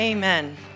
Amen